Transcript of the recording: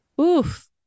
Oof